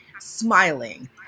smiling